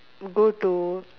go to